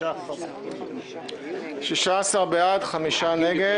16 בעד, 5 נגד.